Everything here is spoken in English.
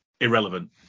irrelevant